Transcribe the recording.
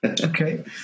Okay